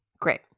Great